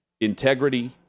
integrity